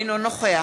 אינו נוכח